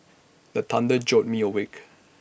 the thunder jolt me awake